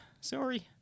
sorry